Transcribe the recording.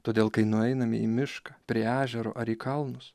todėl kai nueiname į mišką prie ežero ar į kalnus